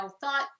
thought